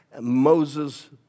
Moses